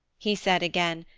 he said again,